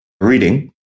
reading